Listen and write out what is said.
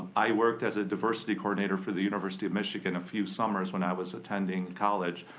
i worked as a diversity coordinator for the university of michigan a few summers when i was attending college.